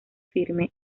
firme